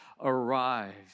arrived